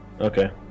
okay